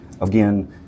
Again